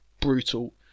brutal